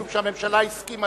משום שהממשלה הסכימה